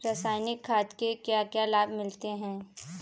रसायनिक खाद के क्या क्या लाभ मिलते हैं?